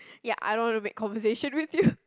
ya I don't wanna make conversation with you